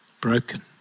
broken